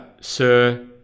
Sir